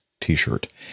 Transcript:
t-shirt